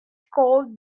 called